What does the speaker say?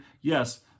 Yes